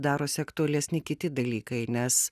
darosi aktualesni kiti dalykai nes